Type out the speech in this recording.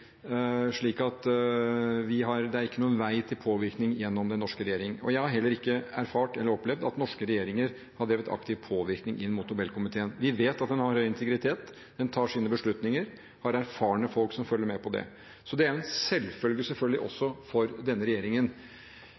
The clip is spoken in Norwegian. slik at det er ikke noen vei til påvirkning gjennom den norske regjering. Jeg har heller ikke erfart eller opplevd at norske regjeringer har drevet aktiv påvirkning inn mot Nobelkomiteen. Vi vet at den har høy integritet, den tar sine beslutninger og har erfarne folk som følger med på det. Så det er en selvfølge også for denne regjeringen.